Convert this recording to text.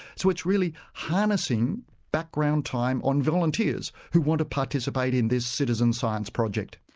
so it's really harnessing background time on volunteers who want to participate in this citizen science project.